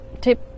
tip